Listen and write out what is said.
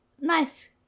nice